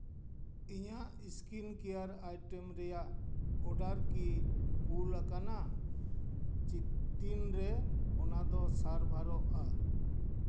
ᱤᱧᱟᱹᱜ skin care item ᱨᱮᱭᱟᱜ order ᱠᱤ ᱠᱩᱞ ᱟᱠᱟᱱᱟ ᱛᱤᱱᱨᱮ ᱚᱱᱟ ᱫᱚ ᱥᱟᱨᱵᱷᱟᱨᱚᱜᱼᱟ